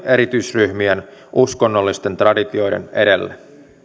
erityisryhmien uskonnollisten traditioiden edelle